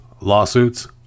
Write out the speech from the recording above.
lawsuits